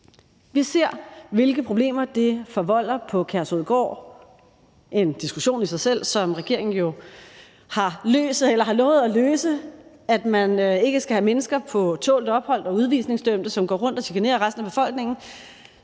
Vi ser, hvilke problemer det forvolder på Kærshovedgård. Det er en diskussion i sig selv og en sag, som regeringen jo har lovet at løse – altså at man ikke skal have mennesker på tålt ophold og udvisningsdømte, som går rundt og chikanerer resten af befolkningen.